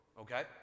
okay